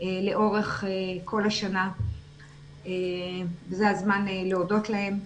לאורך כל השנה וזה הזמן להודות להם.